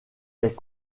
est